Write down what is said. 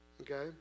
Okay